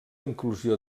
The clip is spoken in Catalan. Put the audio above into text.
inclusió